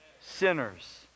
Sinners